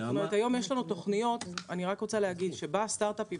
היום יש לנו תוכניות כשבא סטרטאפ עם